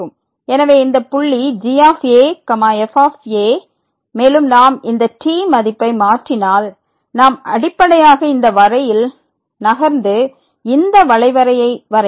எனவே இந்த புள்ளி g f மேலும் நாம் இந்த t மதிப்பை மாற்றினால் நாம் அடிப்படையாக இந்த வரையில் நகர்ந்து இந்த வளை வரையை வரையலாம்